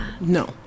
No